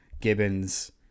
Gibbons